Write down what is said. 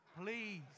please